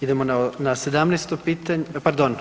Idemo na 17. pitanje, pardon.